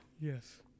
Yes